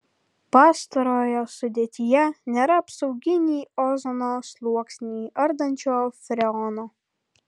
pastarojo sudėtyje nėra apsauginį ozono sluoksnį ardančio freono